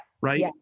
Right